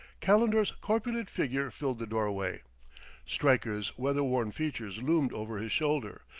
calendar's corpulent figure filled the doorway stryker's weather-worn features loomed over his shoulder,